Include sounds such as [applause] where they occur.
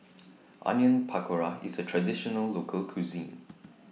[noise] Onion Pakora IS A Traditional Local Cuisine